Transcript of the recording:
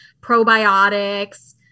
probiotics